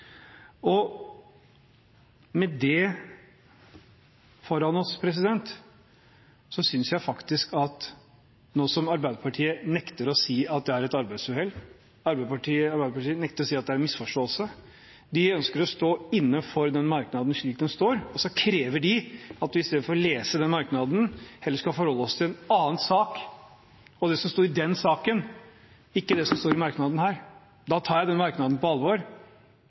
Arbeiderpartiet nekter nå å si at det er et arbeidsuhell, Arbeiderpartiet nekter å si at det er en misforståelse. De ønsker å stå inne for merknaden, slik den står, og de krever at i stedet for å lese den merknaden, skal vi forholde oss til en annen sak og det som står i den saken – ikke det som står i denne merknaden. Da tar jeg den merknaden på alvor.